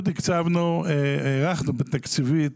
אנחנו הערכנו תקציבית